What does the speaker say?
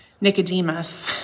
Nicodemus